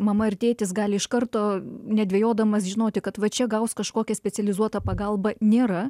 mama ir tėtis gali iš karto nedvejodamas žinoti kad va čia gaus kažkokią specializuotą pagalbą nėra